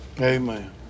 Amen